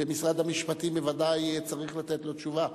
ומשרד המשפטים בוודאי צריך לתת לו תשובה.